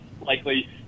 likely